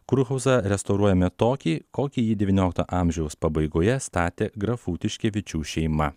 kurhauzą restauruojame tokį kokį jį devyniolikto amžiaus pabaigoje statė grafų tiškevičių šeima